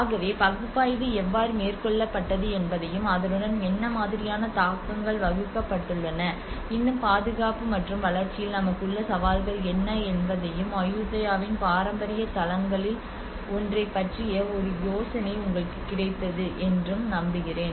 ஆகவே பகுப்பாய்வு எவ்வாறு மேற்கொள்ளப்பட்டது என்பதையும் அதனுடன் என்ன மாதிரியான தாக்கங்கள் வகுக்கப்பட்டுள்ளன இன்னும் பாதுகாப்பு மற்றும் வளர்ச்சியில் நமக்கு உள்ள சவால்கள் என்ன என்பதையும் அயுதாயாவின் பாரம்பரிய தளங்களில் ஒன்றைப் பற்றிய ஒரு யோசனை உங்களுக்கு கிடைத்தது என்றும் நம்புகிறேன்